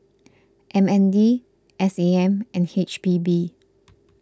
M N D S A M and H P B